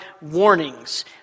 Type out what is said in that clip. warnings